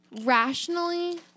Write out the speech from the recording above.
rationally